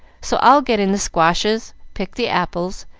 so i'll get in the squashes, pick the apples,